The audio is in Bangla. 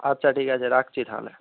আচ্ছা ঠিক আছে রাখছি তাহলে